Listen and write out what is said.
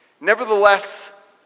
nevertheless